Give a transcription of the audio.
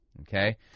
Okay